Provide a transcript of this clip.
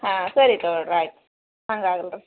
ಹಾಂ ಸರಿ ತಗೋಳ್ಳಿ ರೀ ಆಯ್ತು ಹಂಗೆ ಆಗ್ಲಿ ರೀ